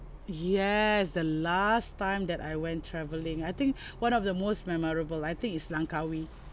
yes the last time that I went travelling I think one of the most memorable I think is langkawi